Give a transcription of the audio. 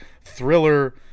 thriller